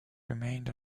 remained